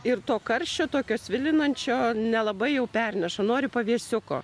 ir to karščio tokio svilinančio nelabai jau perneša nori pavėsiuko